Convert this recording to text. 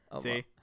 See